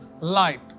Light